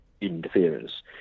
interference